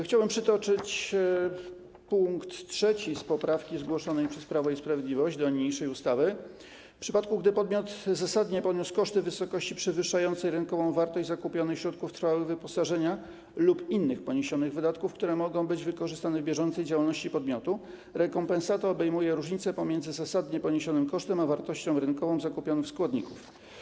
Chciałem przytoczyć pkt 3 z poprawki zgłoszonej do niniejszej ustawy przez Prawo i Sprawiedliwość: W przypadku gdy podmiot zasadnie poniósł koszty w wysokości przewyższającej rynkową wartość zakupionych środków trwałych wyposażenia lub innych poniesionych wydatków, które mogą być wykorzystane w bieżącej działalności podmiotu, rekompensata obejmuje różnicę pomiędzy zasadnie poniesionym kosztem a wartością rynkową zakupionych składników.